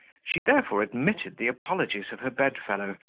she therefore admitted the apologies of her bed-fellow,